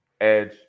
edge